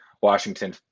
Washington